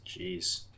Jeez